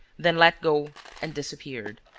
then let go and disappeared.